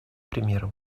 примером